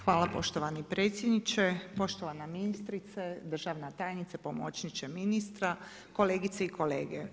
Hvala poštovani predsjedniče, poštovana ministrice, državna tajnice, pomoćniče ministra, kolegice i kolege.